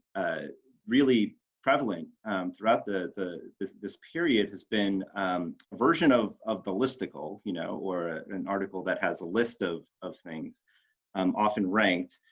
really prevalent throughout the the this this period has been a version of of the listicle, you know, or an article that has a list of of things um often ranked